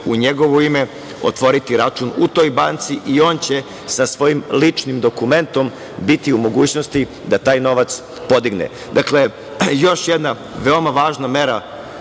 u njegovo ime otvoriti račun u toj banci i on će sa svojim ličnim dokumentom biti u mogućnosti da taj novac podigne. Dakle, još jedna veoma važna mera